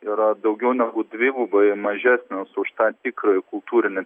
yra daugiau negu dvigubai mažesnis už tą tikrąjį kultūrinį